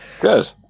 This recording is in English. Good